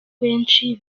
benshi